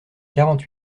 quarante